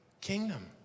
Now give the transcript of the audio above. kingdom